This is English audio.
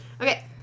Okay